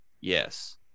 yes